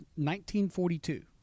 1942